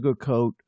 sugarcoat